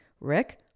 Rick